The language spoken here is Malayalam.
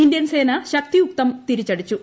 ഇന്ത്യൻ സേന ശക്തിയുക്തം തിരിച്ചടിച്ചു